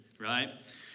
Right